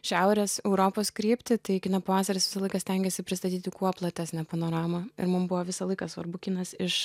šiaurės europos kryptį tai kino pavasaris visą laiką stengiasi pristatyti kuo platesnę panoramą ir mum buvo visą laiką svarbu kinas iš